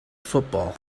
football